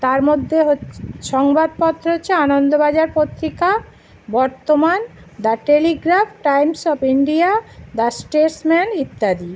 তার মধ্যে হচ্ছে সংবাদপত্র হচ্ছে Anandabazar Patrika Bartaman the Telegraph Times of India the Statesman ইত্যাদি